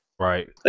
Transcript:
Right